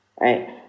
right